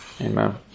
Amen